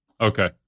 Okay